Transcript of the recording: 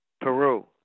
Peru